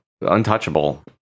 untouchable